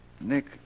Nick